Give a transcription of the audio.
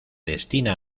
destina